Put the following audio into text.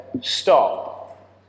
stop